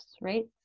right